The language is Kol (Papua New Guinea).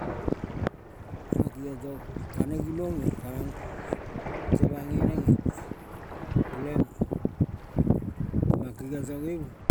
Mang kingong tong kanieng ginonge kamong temang nge nenge peleng mang keniong tong eve.